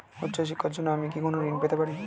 উচ্চশিক্ষার জন্য আমি কি কোনো ঋণ পেতে পারি?